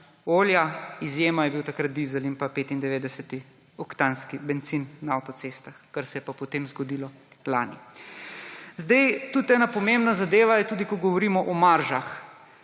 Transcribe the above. olja, izjema je bil takrat dizel in pa 95-oktanski bencin na avtocestah, kar se je pa potem zgodilo lani. Tudi ena pomembna zadeva je tudi, ko govorimo o maržah.